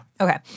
Okay